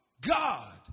God